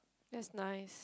that's nice